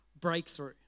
breakthrough